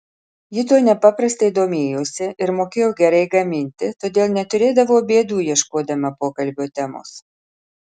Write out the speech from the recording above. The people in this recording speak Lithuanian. ji tuo nepaprastai domėjosi ir mokėjo gerai gaminti todėl neturėdavo bėdų ieškodama pokalbio temos